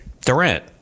Durant